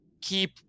keep